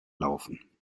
laufen